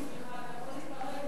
סליחה.